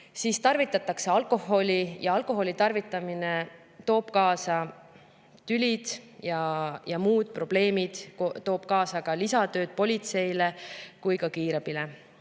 siis tarvitatakse alkoholi ja alkoholi tarvitamine toob kaasa tülid ja muud probleemid, toob kaasa ka lisatööd nii politseile kui ka kiirabile.